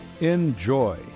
Enjoy